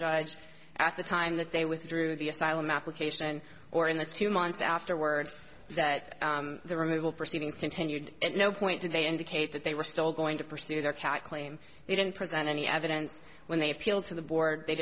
judge at the time that they withdrew the asylum application or in the two months afterwards that the removal proceedings continued at no point did they indicate that they were still going to pursue their cat claim they didn't present any evidence when they appealed to the board they